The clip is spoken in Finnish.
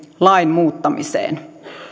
lain muuttamiseen